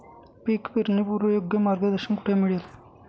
पीक पेरणीपूर्व योग्य मार्गदर्शन कुठे मिळेल?